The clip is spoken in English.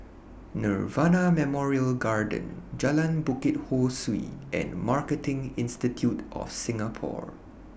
Nirvana Memorial Garden Jalan Bukit Ho Swee and Marketing Institute of Singapore